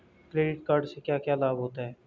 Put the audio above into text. Credit card से क्या क्या लाभ होता है?